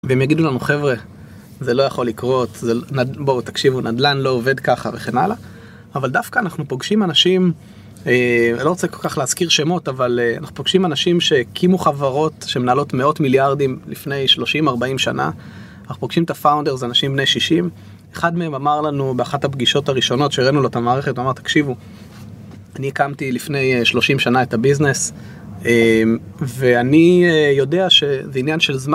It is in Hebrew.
והם יגידו לנו חבר'ה זה לא יכול לקרות, בואו תקשיבו נדל"ן לא עובד ככה וכן הלאה, אבל דווקא אנחנו פוגשים אנשים, אני לא רוצה כל כך להזכיר שמות אבל אנחנו פוגשים אנשים שהקימו חברות שמנהלות מאות מיליארדים לפני 30-40 שנה, אנחנו פוגשים את הfounders אנשים בני 60, אחד מהם אמר לנו באחת הפגישות הראשונות שהיראינו לו את המערכת הוא אמר תקשיבו, אני הקמתי לפני 30 שנה את הביזנס ואני יודע שזה עניין של זמן